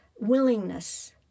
willingness